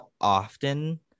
often